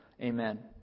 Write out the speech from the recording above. Amen